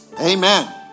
Amen